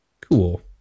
cool